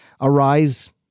arise